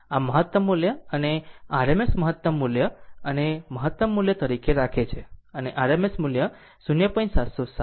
આમ મહત્તમ મૂલ્ય અને RMS મહત્તમ મૂલ્ય તેને મહત્તમ મૂલ્ય તરીકે રાખે છે અને RMS મૂલ્ય 0